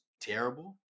terrible